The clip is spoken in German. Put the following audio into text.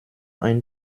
ein